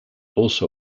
also